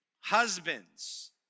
Husbands